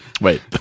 Wait